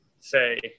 say